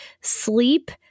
Sleep